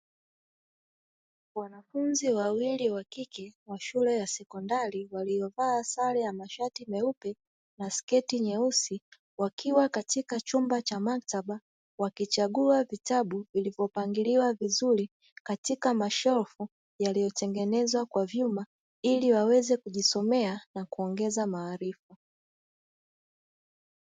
wanafunzi wawili wa kike wa shule ya sekondari waliovaa sare ya mashati meupe na sketi nyeusi, wakiwa katika chumba cha maktaba wakichagua vitabu vilipopangiliwa vizuri katika mashelfu yaliyotengenezwa kwa vyuma, ili waweze kujisomea na kuongeza maarifa.